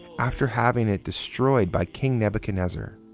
after having it destroyed by king nebuchadnezzar.